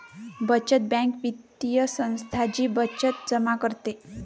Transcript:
बचत बँक वित्तीय संस्था जी बचत जमा करते